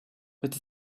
but